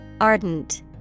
Ardent